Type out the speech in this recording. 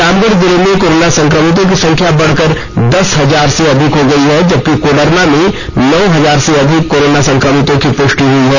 रामगढ़ जिले में कोरोना संक्रमितों की संख्या बढ़कर दस हजार से अधिक हो गयी है जबकि कोडरमा में नौ हजार से अधिक कोरोना संक्रमितों की पुष्टि हुई है